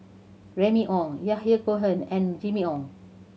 Remy Ong Yahya Cohen and Jimmy Ong